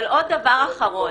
אבל עוד דבר אחרון